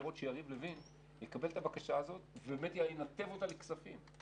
שיריב לוין יקבל את הבקשה הזאת ובאמת ינתב אותה לוועדת הכספים.